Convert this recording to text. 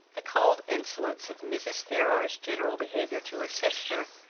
the cold insolence of mrs. ferrars's general behaviour to her sister,